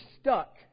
stuck